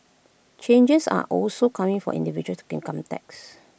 changes are also coming for individual income tax